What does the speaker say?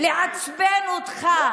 לעצבן אותך?